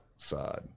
side